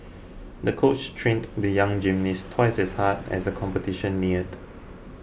the coach trained the young gymnast twice as hard as the competition neared